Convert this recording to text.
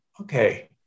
okay